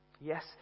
Yes